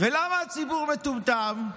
ולמה הציבור מטומטם?